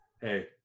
hey